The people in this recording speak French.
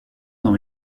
dans